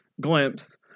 glimpse